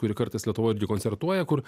kuri kartais lietuvoj irgi koncertuoja kur